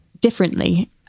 differently